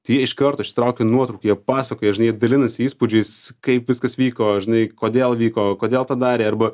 tai jie iš karto išsitraukia nuotraukų jie pasakoja žinai jie dalinasi įspūdžiais kaip viskas vyko žinai kodėl vyko kodėl tą darė arba